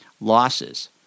losses